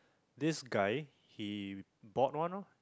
this guy he bought one lor